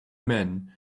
men